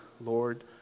Lord